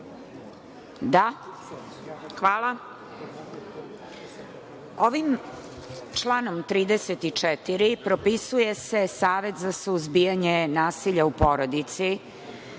Hvala. Ovim članom 34. propisuje se savet za suzbijanje nasilja u porodici